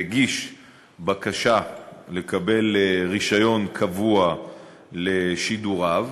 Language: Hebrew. והגיש בקשה לקבל רישיון קבוע לשידוריו.